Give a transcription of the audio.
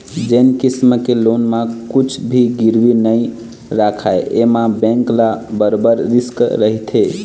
जेन किसम के लोन म कुछ भी गिरवी नइ राखय एमा बेंक ल बरोबर रिस्क रहिथे